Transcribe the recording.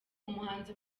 umuhanzi